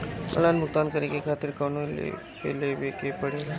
Online भुगतान करके के खातिर कौनो ऐप लेवेके पड़ेला?